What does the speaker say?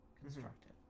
constructive